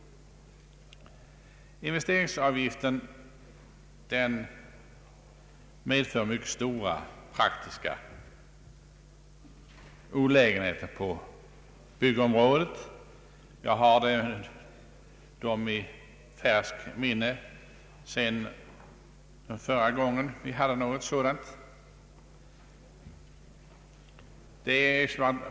Investeringsavgiften medför mycket stora praktiska olägenheter på byggområdet. Jag har dem i färskt minne sedan förra gången vi hade liknande bestämmelser.